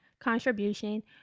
contribution